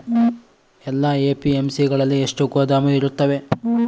ಎಲ್ಲಾ ಎ.ಪಿ.ಎಮ್.ಸಿ ಗಳಲ್ಲಿ ಎಷ್ಟು ಗೋದಾಮು ಇರುತ್ತವೆ?